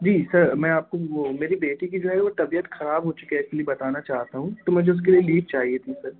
जी sir मैं आप वह मेरी बेटी की जो है वो तबियत ख़राब हो चुकी है इसलिए बताना चाहता हूँ तो मुझे उसके लिए लीव चाहिए थी सर